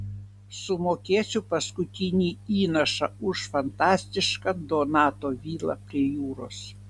sumokėsiu paskutinį įnašą už fantastišką donato vilą prie jūros